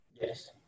yes